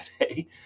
today